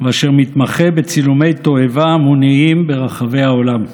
ואשר מתמחה בצילומי תועבה המוניים ברחבי העולם.